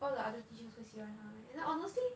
all the other teachers 会喜欢他 meh an~ honestly